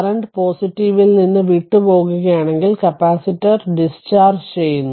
current പോസിറ്റീവിൽ നിന്ന് വിട്ടുപോകുകയാണെങ്കിൽകപ്പാസിറ്റർ ഡിസ്ചാർജ് ചെയ്യുന്നു